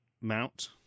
mount